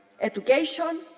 education